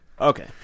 Okay